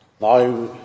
Now